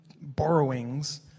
borrowings